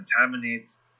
contaminates